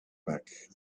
back